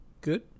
good